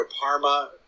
Parma